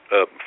up